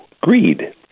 Greed